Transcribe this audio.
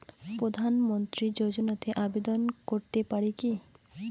প্রধানমন্ত্রী যোজনাতে আবেদন করতে পারি কি?